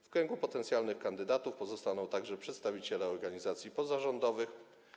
W kręgu potencjalnych kandydatów pozostaną także przedstawiciele organizacji pozarządowych.